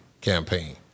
campaign